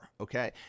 okay